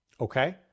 Okay